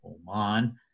Oman